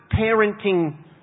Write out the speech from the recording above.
parenting